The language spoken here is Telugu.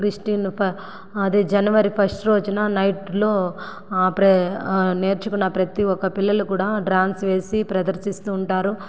క్రిస్టిన్ ప అదే జనవరి ఫస్ట్ రోజున నైట్లో ప్రే నేర్చుకున్న ప్రతి ఒక పిల్లలు కూడా డాన్స్ వేసి ప్రదర్శిస్తుంటారు